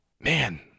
man